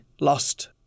Lost